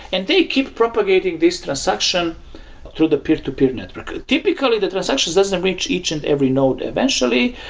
and they keep propagating this transaction through the peer-to-peer network. typically, the transactions doesn't reach each and every node eventually,